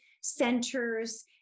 centers